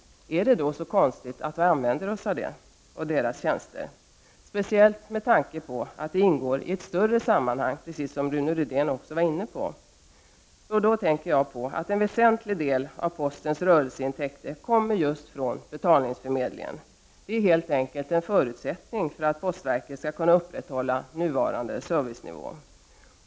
Då är det inte så konstigt att vi använder oss av postgirots tjänster, särskilt med tanke på att det ingår i ett större sammanhang — precis som Rune Rydén också var inne på. Jag tänker främst på att en väsentlig del av postens rörelseintäkter kommer just från betalningsförmedlingen, som helt enkelt är en förutsättning för att postverket skall kunna upprätthålla nuvarande servicenivå.